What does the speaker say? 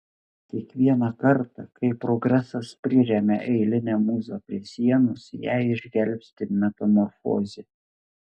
kiekvieną kartą kai progresas priremia eilinę mūzą prie sienos ją išgelbsti metamorfozė